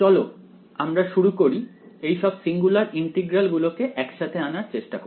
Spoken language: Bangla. চলো আমরা শুরু করি এইসব সিঙ্গুলার ইন্টিগ্রাল গুলোকে একসাথে আনার চেষ্টা করে